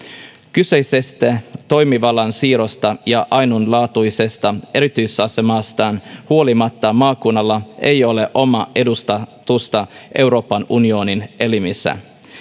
kyseisestä toimivallan siirrosta ja ainutlaatuisesta erityisasemastaan huolimatta maakunnalla ei ole omaa edustusta euroopan unionin elimissä